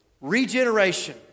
regeneration